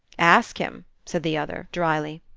ask him, said the other, dryly,